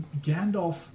Gandalf